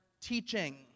teaching